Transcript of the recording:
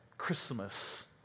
Christmas